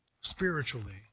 spiritually